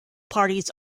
parties